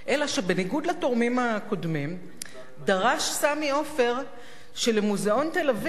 אלא שבניגוד לתורמים הקודמים דרש סמי עופר שלמוזיאון תל-אביב